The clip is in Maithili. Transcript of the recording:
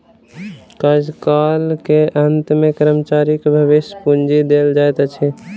कार्यकाल के अंत में कर्मचारी के भविष्य पूंजी देल जाइत अछि